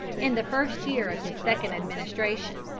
in the first year of his second administration,